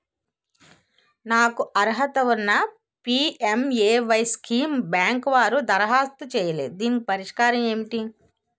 నాకు అర్హత ఉన్నా పి.ఎం.ఎ.వై స్కీమ్ బ్యాంకు వారు దరఖాస్తు చేయలేదు దీనికి పరిష్కారం ఏమిటి?